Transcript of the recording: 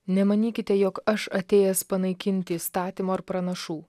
nemanykite jog aš atėjęs panaikinti įstatymo ar pranašų